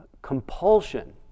compulsion